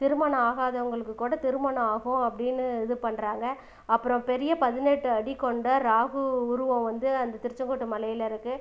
திருமணம் ஆகாதவங்களுக்கு கூட திருமணம் ஆகும் அப்படின்னு இது பண்ணுறாங்க அப்புறம் பெரிய பதினெட்டு அடி கொண்ட ராகு உருவம் வந்து அந்த திருச்செங்கோட்டு மலையில இருக்கு